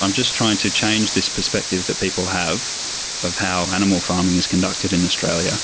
i'm just trying to change this perspective that people have of how animal farming is conducted in australia